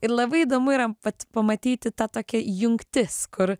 ir labai įdomu yra vat pamatyti tą tokia jungtis kur